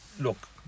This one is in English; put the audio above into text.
look